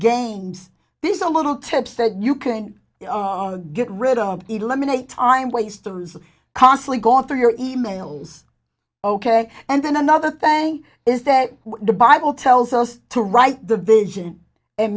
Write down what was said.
games this is a little tips that you can get rid of eliminate time wasters constantly go through your e mails ok and then another thing is that the bible tells us to write the vision and